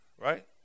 Right